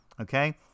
okay